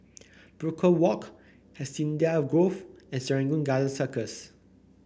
Brook Walk Hacienda Grove and Serangoon Garden Circus